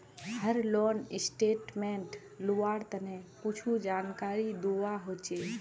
हर loan statement लुआर तने कुछु जानकारी दुआ होछे